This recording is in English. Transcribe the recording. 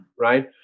Right